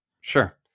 Sure